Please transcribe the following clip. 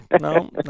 no